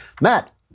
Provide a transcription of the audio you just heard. Matt